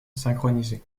synchronisée